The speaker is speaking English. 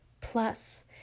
plus